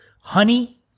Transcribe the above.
honey